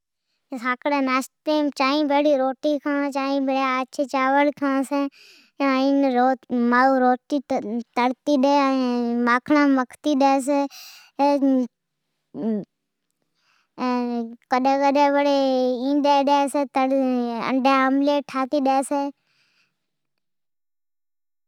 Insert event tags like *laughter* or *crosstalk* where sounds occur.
ساکڑی ناستے مین چانئی روٹی کھان چھی ۔این چائین بھیڑی آچھے چاور کھانسین ، مائو ڑاٹی تڑتی ڈئ این ماکھڑامین مکھتے ڈئ چھے۔ *hesitation* کڈی کڈئ بھڑی اینڈی ڈی چھے ۔ انڈئ آملیٹ ٹھاتے ڈی چھے